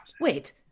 Wait